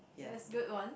that's good one